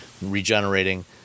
Regenerating